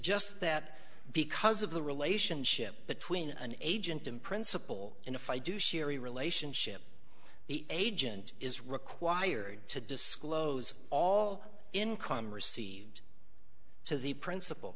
just that because of the relationship between an agent in principle and if i do cherie relationship the agent is required to disclose all income received so the princip